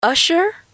Usher